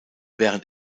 während